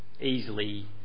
easily